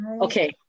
okay